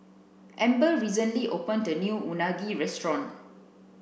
Amber recently opened a new Unagi restaurant